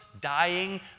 dying